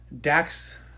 Dax